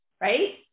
right